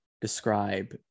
describe